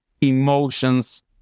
emotions